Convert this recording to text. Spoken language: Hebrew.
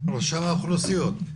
רשם האוכלוסין,